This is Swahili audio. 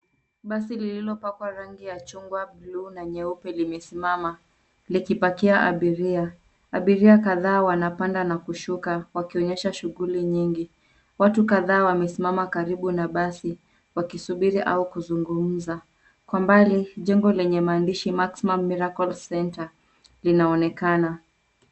Basi lililopakwa rangi ya chungwa, buluu na nyeupe limesimama, likipakia abiria. Abiria kadhaa wanapanda na kushuka wakionyesha shughuli nyingi. Watu kadhaa wamesimama karibu na basi wakisubiri au kuzungumza. Kwa mbali jengo lenye maandishi maximum miracle centre linaoneakana.